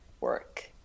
work